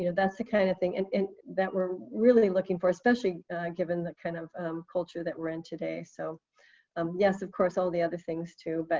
you know that's the kind of thing and that we're really looking for. especially given the kind of culture that we're in today. so um yes, of course all the other things too. but